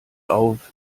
auf